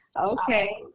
Okay